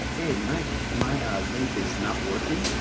hey, my my ah link is not working.